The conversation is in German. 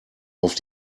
auf